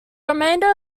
remainder